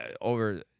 over